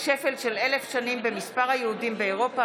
שפל של אלף שנים במספר היהודים באירופה.